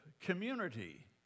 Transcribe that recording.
community